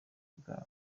bwawe